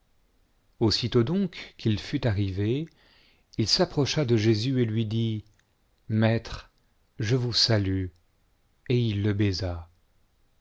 aussitôt donc qu'il fiit arrivé il s'approcha de jésus et lui dit maître je vous salue et il le